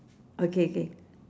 okay K